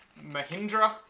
Mahindra